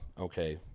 okay